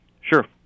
Sure